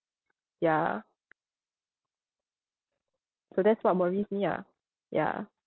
ya so that's what worries me ah ya